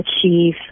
achieve